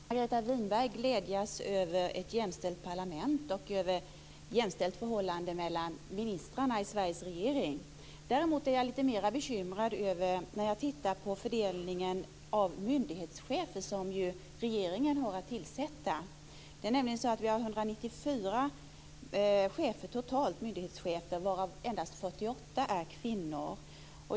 Fru talman! Jag kan, som Margareta Winberg, glädjas över ett jämställt parlament och över ett jämställt förhållande mellan ministarna i Sveriges regering. Däremot är jag lite mer bekymrad när jag tittar på fördelningen av myndighetschefer, som ju regeringen har att tillsätta. Det är totalt 194 myndighetschefer varav endast 48 är kvinnor.